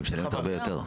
היא משלמת הרבה יותר.